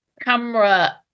Camera